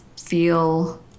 feel